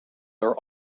are